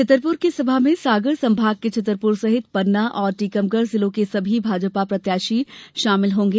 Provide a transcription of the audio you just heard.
छतरपुर की सभा में सागर संभाग के छतरपुर सहित पन्ना और टीकमगढ़ जिलों के सभी भाजपा प्रत्याशी शामिल होगें